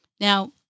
Now